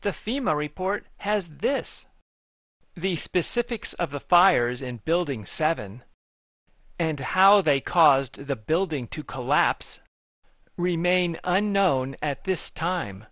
the fema report has this the specifics of the fires in building seven and how they caused the building to collapse remain unknown at this time